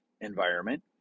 environment